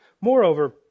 Moreover